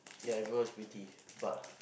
ya everyone is pretty but